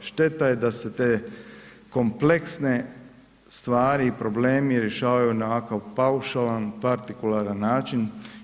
Šteta je da se te kompleksne stvari i problemi rješavaju na ovakav paušalan, partikularan način.